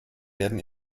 werden